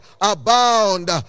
abound